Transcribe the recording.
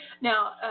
Now